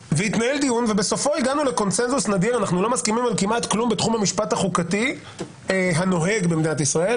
אנחנו לא מסכימים כמעט על כלום בתחום המשפט החוקתי הנוהג במדינת ישראל,